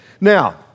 Now